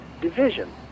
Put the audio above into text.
division